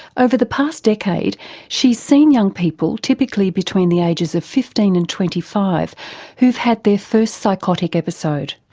over the past decade she's seen young people typically between the ages of fifteen and twenty five who've had their first psychotic episode.